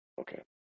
Okay